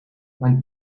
mijn